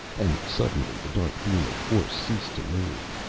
and suddenly the dark beam of force ceased to move.